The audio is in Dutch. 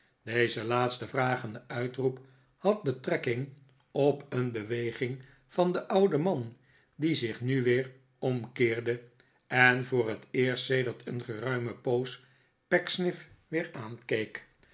deze laatste vragende uitroep had betrekking op een beweging van den ouden man die zich nu weer orhkeerde en voor het eerst sedert een geruime poos pecksniff weer aankeek